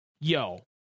yo